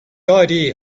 idea